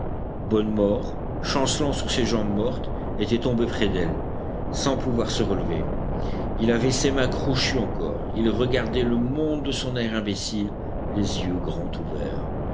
bonnemort chancelant sur ses jambes mortes était tombé près d'elle sans pouvoir se relever il avait ses mains crochues encore il regardait le monde de son air imbécile les yeux grands ouverts